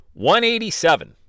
187